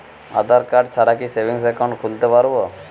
আধারকার্ড ছাড়া কি savings account খুলতে পারব?